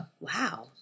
Wow